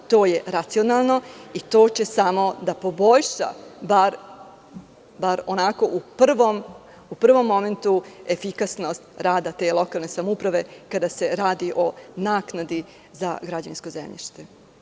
To je racionalno i to će samo da poboljša, bar onako u prvom momentu efikasnost rada te lokalne samouprave kada se radi o naknadi za građevinsko zemljište.